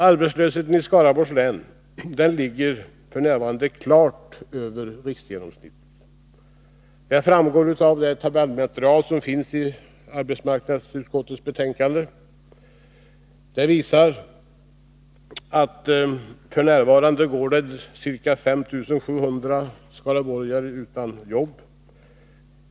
Arbetslösheten i Skaraborgs län ligger f. n. klart över riksgenomsnittet; det framgår av det tabellmaterial som finns i arbetsmarknadsutskottets betänkande. Detta visar att ca 5 700 skaraborgare nu går utan jobb.